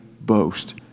boast